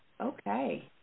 Okay